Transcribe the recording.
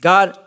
God